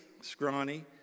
scrawny